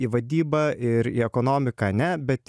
į vadybą ir į ekonomiką ne bet